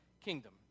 kingdom